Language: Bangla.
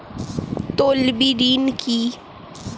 তলবি ঋন কি?